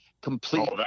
complete –